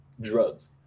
drugs